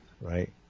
right